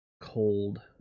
cold